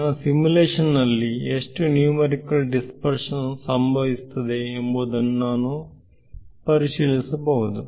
ನನ್ನ ಸಿಮ್ಯುಲೇಶನ್ನಲ್ಲಿ ಎಷ್ಟು ನ್ಯೂಮರಿಕಲ್ ದಿಸ್ಪರ್ಶನ್ ಸಂಭವಿಸುತ್ತದೆ ಎಂಬುದನ್ನು ನಾನು ಪರಿಶೀಲಿಸಬಹುದು